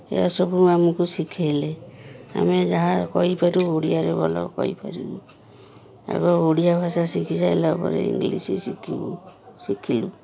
ଏହାସବୁ ଆମକୁ ଶିଖେଇଲେ ଆମେ ଯାହା କହି ପାରିବୁ ଓଡ଼ିଆରେ ଭଲ କହିପାରିବୁ ଆଗ ଓଡ଼ିଆ ଭାଷା ଶିଖିସାଇଲା ପରେ ଇଂଲିଶ୍ ଶିଖିବୁ ଶିଖିଲୁ